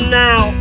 now